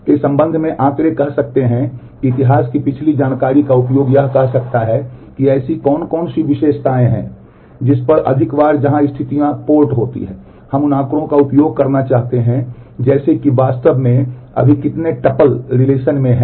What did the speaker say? हम के संदर्भ में आंकड़े कह सकते हैं कि इतिहास की पिछली जानकारी का उपयोग यह कह सकता है कि ऐसी कौन कौन सी विशेषताएँ हैं जिन पर अधिक बार जहाँ स्थितियाँ पोर्ट होती हैं हम उन आँकड़ों का उपयोग करना चाहते हैं जैसे कि वास्तव में अभी कितने टपल में हैं